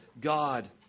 God